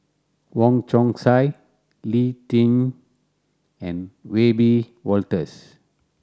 Wong Chong Sai Lee Tjin and Wiebe Wolters